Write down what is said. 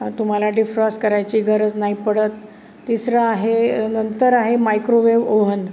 तुम्हाला डिफ्रॉस्ट करायची गरज नाही पडत तिसरं आहे नंतर आहे मायक्रोवेव ओव्हन